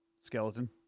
Skeleton